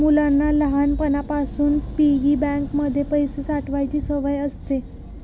मुलांना लहानपणापासून piggy bank मध्ये पैसे साठवायची सवय असते